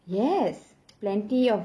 yes plenty of